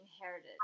inherited